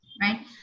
right